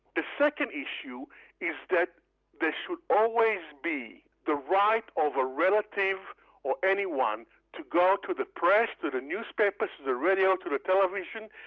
the second issue is that there should always be the right of a relative or anyone to go to the press, to the newspapers, to the radio, to the television,